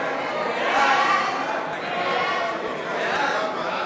ההצעה להעביר את הצעת חוק האזנת סתר (האזנה לאיתור או